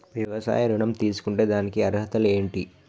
వ్యవసాయ ఋణం తీసుకుంటే దానికి అర్హతలు ఏంటి?